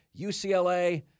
UCLA